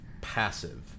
passive